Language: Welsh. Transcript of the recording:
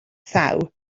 thaw